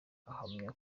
ahamya